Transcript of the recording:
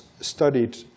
studied